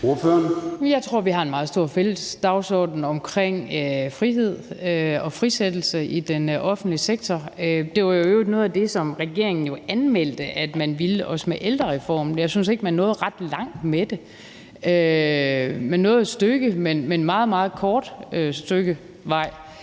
Jeg tror, vi har en meget stor fælles dagsorden omkring frihed og frisættelse i den offentlige sektor. Det var jo i øvrigt også noget af det, som regeringen anmeldte at man ville med ældrereformen, men jeg synes ikke, man nåede ret langt med det. Man nåede et stykke af vejen, men det var et meget,